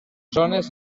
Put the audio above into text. zones